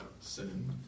sin